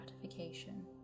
gratification